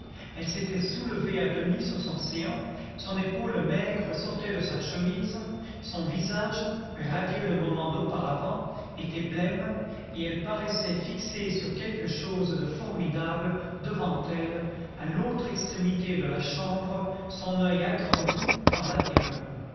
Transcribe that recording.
elle s'était soulevée à demi sur son séant son épaule maigre sortait de sa chemise son visage radieux le moment d'auparavant était blême et elle paraissait fixer sur quelque chose de formidable devant elle à l'autre extrémité de la chambre son oeil agrandi par la terreur